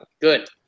Good